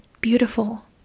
beautiful